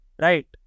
right